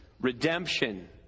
redemption